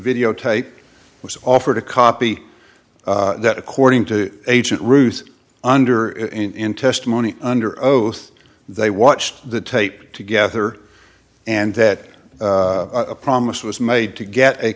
videotape was offered a copy that according to agent ruth under in testimony under oath they watched the tape together and that a promise was made to get a